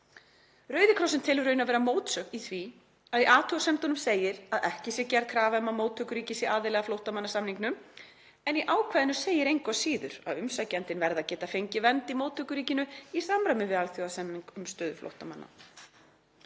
Rauði krossinn telur raunar vera mótsögn í því að í athugasemdunum segir að ekki sé gerð krafa um að móttökuríkið sé aðili að flóttamannasamningnum en í ákvæðinu segir engu að síður að umsækjandinn verði að geta fengið vernd í móttökuríkinu í samræmi við alþjóðasamning um stöðu flóttamanna.